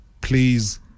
please